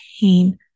pain